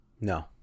No